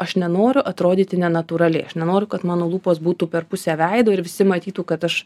aš nenoriu atrodyti nenatūraliai nenoriu kad mano lūpos būtų per pusę veido ir visi matytų kad aš